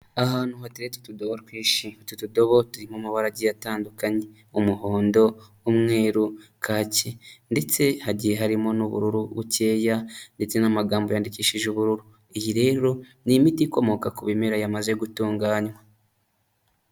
Ahantu hateye utudobo twinshi, utu tudobo turimo abara agiye atandukanye, umuhondo, umweru, kaki ndetse hagiye harimo n'ubururu bukeya ndetse n'amagambo yandikishije ubururu. Iyi rero ni imiti ikomoka ku bimera yamaze gutunganywa.